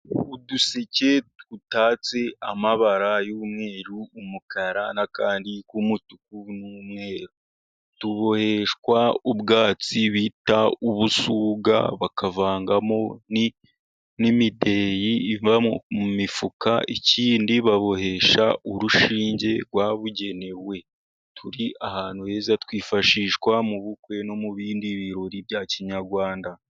Uduseke dutatse amabara y'umweru, umukara n'ayandi y'umutuku n'umweru, tuboheshwa ubwatsi bita ubusuga bakavangamo ni n'imideri, iva mu mifuka, ikindi babohesha urushinge rwabugenewe, turi ahantu heza, twifashishwa mu bukwe no mu bindi birori bya kinyarwanda.